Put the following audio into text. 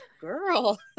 girl